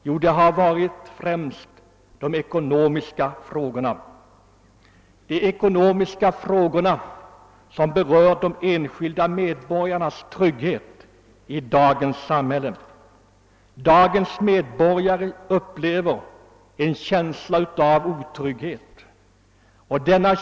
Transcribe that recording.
Jo, det är de ekonomiska frågorna, som berör de enskilda medborgarnas trygghet i dagens samhälle. Medborgarna upplever en känsla av otrygghet.